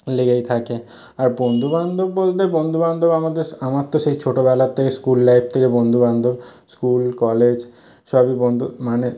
লেগেই থাকে আর বন্ধু বান্ধব বলতে বন্ধু বান্ধব আমাদের আমার তো সেই ছোটোবেলার থেকে স্কুল লাইফ থেকে বন্ধু বান্ধব স্কুল কলেজ সবই বন্ধু মানে